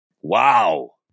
Wow